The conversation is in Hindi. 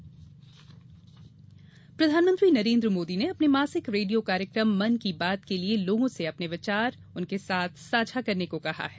मन की बात प्रधानमंत्री नरेन्द्र मोदी ने अपने मासिक रेडियो कार्यक्रम मन की बात के लिए लोगों से अपने विचार उनके साथ साझा करने को कहा है